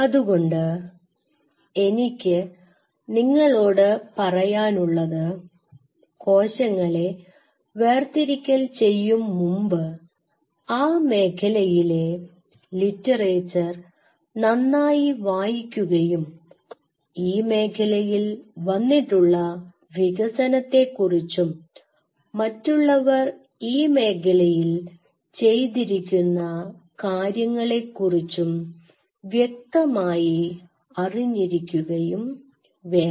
അതുകൊണ്ട് എനിക്ക് നിങ്ങളോട് പറയാനുള്ളത് കോശങ്ങളെ വേർതിരിക്കൽ ചെയ്യും മുമ്പ് ആ മേഖലയിലെ ലിറ്ററേച്ചർ നന്നായി വായിക്കുകയും ഈ മേഖലയിൽ വന്നിട്ടുള്ള വികസനത്തെ കുറിച്ചും മറ്റുള്ളവർ ഈ മേഖലയിൽ ചെയ്തിരിക്കുന്ന കാര്യങ്ങളെക്കുറിച്ചും വ്യക്തമായി അറിഞ്ഞിരിക്കുകയും വേണം